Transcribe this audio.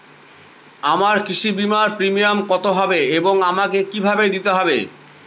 আমার কৃষি বিমার প্রিমিয়াম কত হবে এবং আমাকে কি ভাবে দিতে হবে?